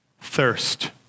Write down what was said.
thirst